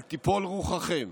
אל תיפול רוחכם.